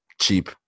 cheap